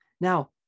Now